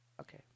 Okay